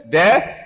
death